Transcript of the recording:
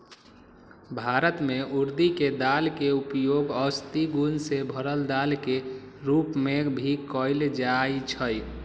भारत में उर्दी के दाल के उपयोग औषधि गुण से भरल दाल के रूप में भी कएल जाई छई